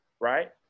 right